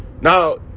Now